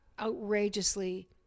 outrageously